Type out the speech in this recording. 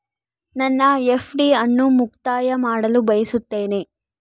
ನನ್ನ ಎಫ್.ಡಿ ಅನ್ನು ಮುಕ್ತಾಯ ಮಾಡಲು ನಾನು ಬಯಸುತ್ತೇನೆ